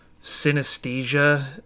synesthesia